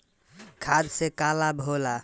खाद्य से का लाभ होला?